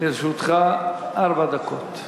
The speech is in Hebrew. לרשותך ארבע דקות.